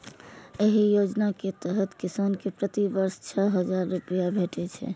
एहि योजना के तहत किसान कें प्रति वर्ष छह हजार रुपैया भेटै छै